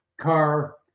car